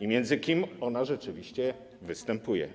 i między kim ona rzeczywiście występuje.